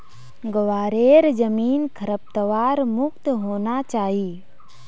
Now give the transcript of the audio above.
ग्वारेर जमीन खरपतवार मुक्त होना चाई